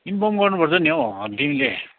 inform गर्नुपर्छ नि हौ हन तिमीले